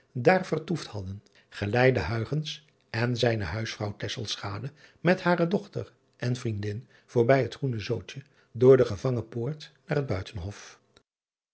daar vertoefd hadden geleidden en zijne huisvrouw met hare dochter en vriendin voorbij het roene oodje door de evangenpoort naar het uitenhof